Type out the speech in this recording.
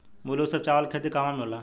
मूल रूप से चावल के खेती कहवा कहा होला?